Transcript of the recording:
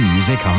Music